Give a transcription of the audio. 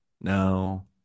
no